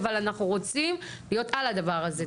אבל אנחנו רוצים להיות על הדבר הזה.